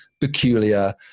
peculiar